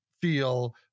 feel